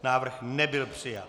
Návrh nebyl přijat.